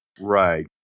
Right